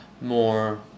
more